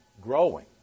growing